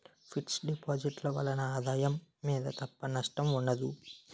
fix deposit ల వలన ఆదాయం మీద తప్ప నష్టం ఉండదు